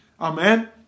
Amen